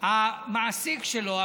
המעסיק שלו,